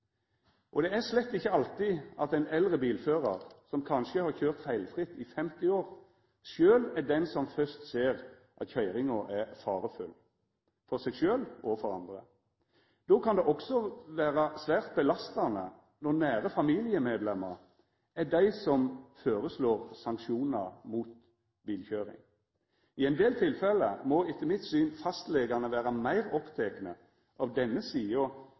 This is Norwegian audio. inn. Det er slett ikkje alltid at ein eldre bilførar, som kanskje har køyrt feilfritt i 50 år, sjølv er den som først ser at køyringa er farefull for seg sjølv og for andre. Då kan det også vera svært belastande når nære familiemedlemar er dei som føreslår sanksjonar mot bilkøyring. I ein del tilfelle må, etter mitt syn, fastlegane vera meir opptekne av denne sida